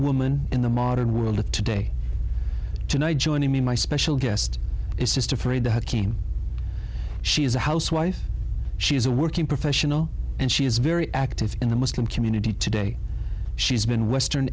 woman in the modern world of today tonight joining me my special guest is just afraid to have kim she is a housewife she is a working professional and she is very active in the muslim community today she's been western